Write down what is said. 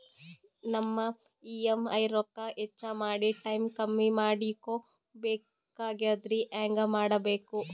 ನಮ್ಮ ಇ.ಎಂ.ಐ ರೊಕ್ಕ ಹೆಚ್ಚ ಮಾಡಿ ಟೈಮ್ ಕಮ್ಮಿ ಮಾಡಿಕೊ ಬೆಕಾಗ್ಯದ್ರಿ ಹೆಂಗ ಮಾಡಬೇಕು?